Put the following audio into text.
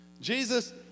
Jesus